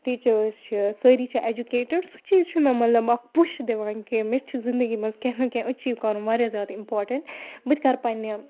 ٹیٖچٲرٕس چھِ سٲری چھِ اٮ۪جُکیٹٕڈ سُہ چیٖز چھُ مےٚ مطلب اَکھ پُش دِوان کہِ مےٚ چھِ زِندگی منٛز کیٚنٛہہ نہٕ کیٚنٛہہ أچیٖو کَرُن واریاہ زیادٕ اِمپاٹَنٛٹ بہٕ تہِ کَرٕ پنٛنہِ